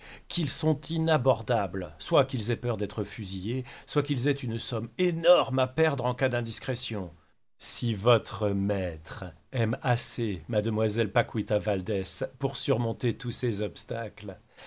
qu'ils sont inabordables soit qu'ils aient peur d'être fusillés soit qu'ils aient une somme énorme à perdre en cas d'indiscrétion si votre maître aime assez mademoiselle paquita valdès pour surmonter tous ces obstacles